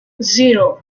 zero